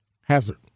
hazard